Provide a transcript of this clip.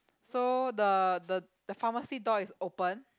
so the the the pharmacy door is open